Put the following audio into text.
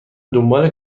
دنبال